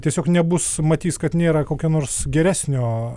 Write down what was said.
tiesiog nebus matys kad nėra kokio nors geresnio